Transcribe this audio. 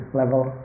level